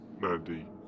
Mandy